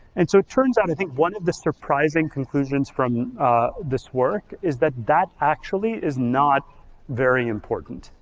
and so it turns out i think one of the surprising conclusions from this work is that that actually is not very important.